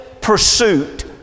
pursuit